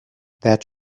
that